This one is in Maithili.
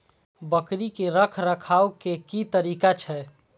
बकरी के रखरखाव के कि तरीका छै?